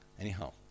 Anyhow